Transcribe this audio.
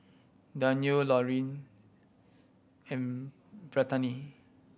Danyell Laureen and Brittani